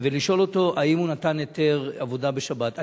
ולשאול אותו אם הוא נתן היתר עבודה בשבת.